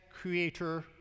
creator